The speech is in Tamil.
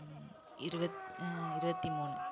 இருபத் இருபத்தி மூணு